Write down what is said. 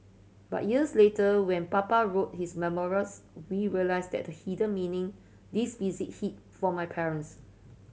but years later when Papa wrote his memoirs we realised that the hidden meaning this visit hit for my parents